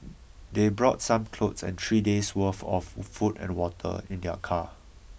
they brought some clothes and three days' worth of food and water in their car